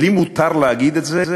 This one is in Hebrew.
לי מותר להגיד את זה,